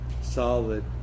solid